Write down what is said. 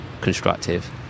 constructive